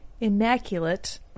immaculate